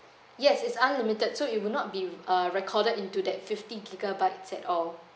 yes it's unlimited so it would not be uh recorded into that fifty gigabytes at all